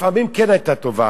לפעמים כן היתה תובעת,